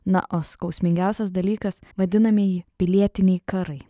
na o skausmingiausias dalykas vadinamieji pilietiniai karai